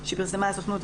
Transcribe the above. בארץ אין לנו סימולטורים.